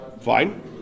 Fine